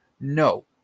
No